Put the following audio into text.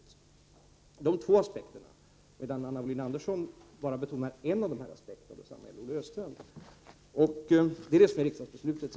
Det är dessa två aspekter som man enligt riksdagsbeslutet måste betona, medan Anna Wohlin Andersson och även Olle Östrand betonar bara en av dessa aspekter.